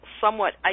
somewhat